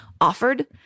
offered